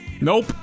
Nope